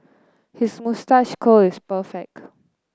his moustache curl is perfect